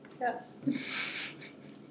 yes